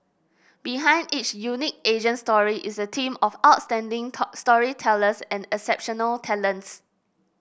behind each unique Asian story is a team of outstanding storytellers and exceptional talents